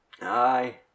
Aye